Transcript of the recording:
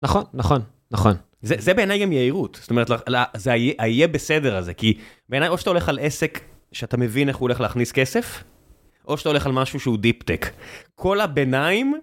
נכון, נכון, נכון. זה בעיניי גם יהירות, זאת אומרת, זה היהיה בסדר הזה, כי בעיניי, או שאתה הולך על עסק שאתה מבין איך הוא הולך להכניס כסף, או שאתה הולך על משהו שהוא דיפ-טק. כל הביניים...